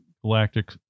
galactic